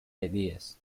ideas